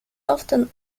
often